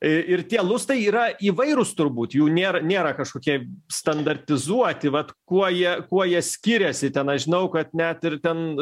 ir tie lustai yra įvairūs turbūt jų nėra nėra kažkokie standartizuoti vat kuo jie kuo jie skiriasi tenai žinau kad net ir ten